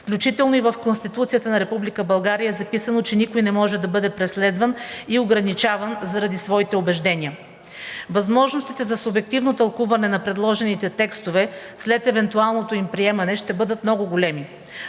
Включително и в Конституцията на Република България е записано, че никой не може да бъде преследван и ограничаван заради своите убеждения. Възможностите за субективно тълкуване на предложените текстове след евентуалното им приемане ще бъдат много големи